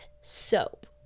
soap